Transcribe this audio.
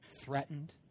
threatened